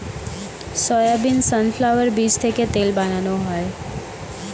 soybean, sunflower বীজ থেকে তেল বানানো হয়